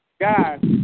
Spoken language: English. God